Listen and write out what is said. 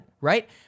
Right